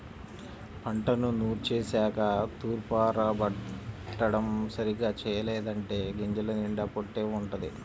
పంటను నూర్చేశాక తూర్పారబట్టడం సరిగ్గా చెయ్యలేదంటే గింజల నిండా పొట్టే వుంటది